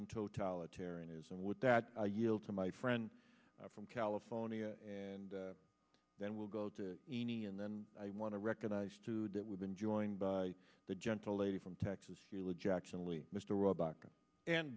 and totalitarianism with that i yield to my friend from california and then we'll go to any and then i want to recognize too that we've been joined by the gentle lady from texas